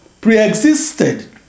pre-existed